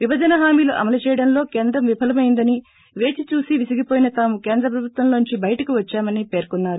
విభజన హామీ లు అమ్లు చేయడంలో కేంద్రం విఫలమయిందని వేచి చూసి విసిగిపోయిన తాము కేంద్ర ప్రబుత్వంలోంచి బయటకి వచ్చామని పెర్కున్నారు